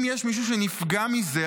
אם יש מישהו שנפגע מזה,